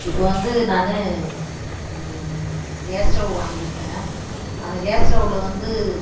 இப்போ வந்து நானு கேஸ் ஸ்டவ் வாங்கிருக்கேன் அந்த கேஸ் ஸ்டவ்வில் வந்து